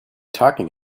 talking